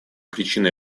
причины